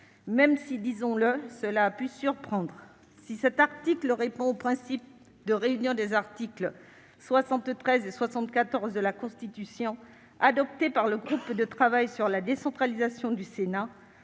même si, disons-le, cela a pu surprendre. Si cet article répond au principe de réunion des articles 73 et 74 de la Constitution, adopté par le groupe de travail sur la décentralisation du Sénat,